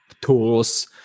tools